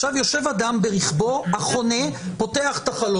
עכשיו יושב אדם ברכבו החונה, פותח את החלונות.